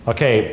Okay